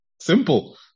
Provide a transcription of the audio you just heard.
simple